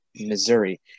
Missouri